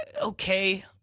okay